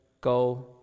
Go